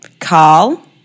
Carl